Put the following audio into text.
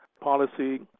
policy